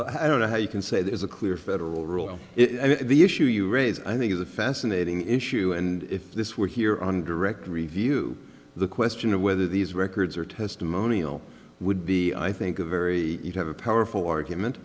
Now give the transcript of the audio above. rule i don't know how you can say there's a clear federal rule if the issue you raise i think is a fascinating issue and if this were here on direct review the question of whether these records are testimonial would be i think a very powerful argument